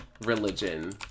religion